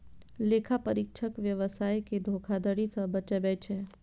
लेखा परीक्षक व्यवसाय कें धोखाधड़ी सं बचबै छै